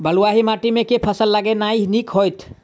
बलुआही माटि मे केँ फसल लगेनाइ नीक होइत?